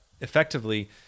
effectively